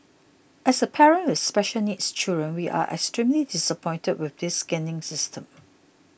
as a parent with special needs children we are extremely disappointed with this scanning system